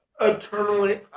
eternally